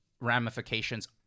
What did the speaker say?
ramifications